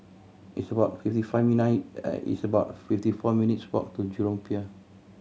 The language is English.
it's about fifty it's about fifty four minutes' walk to Jurong Pier